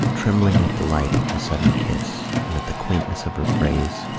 trembling with delight at her sudden kiss and at the quaintness of her phrase,